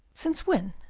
since when?